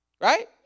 Right